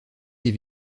des